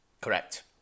Correct